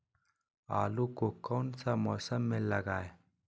आलू को कौन सा मौसम में लगाए?